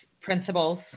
principles